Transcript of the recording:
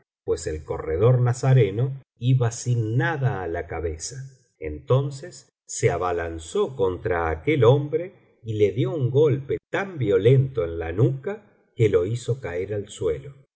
pues el corredor nazareno iba sin nada á la cabeza entonces se abalanzó contra aquel hombre y le dio un golpe tan violento en la nuca que lo hizo caer al suelo